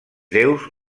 déus